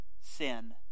sin